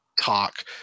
talk